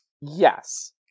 Yes